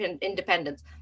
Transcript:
independence